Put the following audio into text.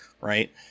right